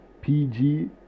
PG